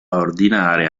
ordinare